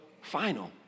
final